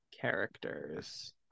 characters